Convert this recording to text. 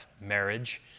marriage